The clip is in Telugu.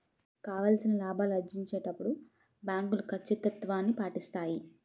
కావాల్సిన లాభాలు ఆర్జించేటప్పుడు బ్యాంకులు కచ్చితత్వాన్ని పాటిస్తాయి